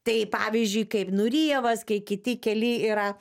tai pavyzdžiui kaip nurijevas kai kiti keli yra